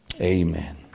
Amen